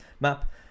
map